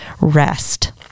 rest